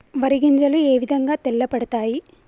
వరి గింజలు ఏ విధంగా తెల్ల పడతాయి?